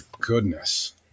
goodness